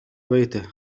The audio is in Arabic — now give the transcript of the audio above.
بيته